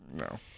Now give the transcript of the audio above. No